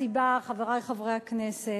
הסיבה, חברי חברי הכנסת,